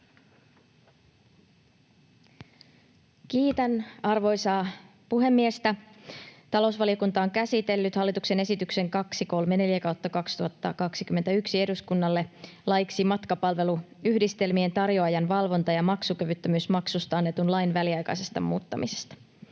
Kiitän arvoisaa puhemiestä! Talousvaliokunta on käsitellyt hallituksen esityksen 234/2021 eduskunnalle laiksi matkapalveluyhdistelmien tarjoajan valvonta- ja maksukyvyttömyysmaksusta annetun lain väliaikaisesta muuttamisesta.